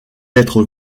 être